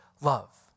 love